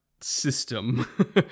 system